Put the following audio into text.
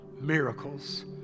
miracles